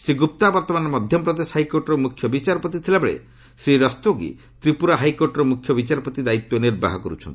ଶ୍ରୀ ଗୁପ୍ତା ବର୍ତ୍ତମାନ ମଧ୍ୟପ୍ରଦେଶ ହାଇକୋର୍ଟର ମୁଖ୍ୟ ବିଚାରପତି ଥିବାବେଳେ ଶ୍ରୀ ରସ୍ତୋଗି ତ୍ରିପୁରା ହାଇକୋର୍ଟର ମୁଖ୍ୟ ବିଚାରପତି ଦାୟିତ୍ୱ ନିର୍ବାହ କରୁଛନ୍ତି